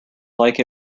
like